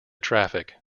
traffic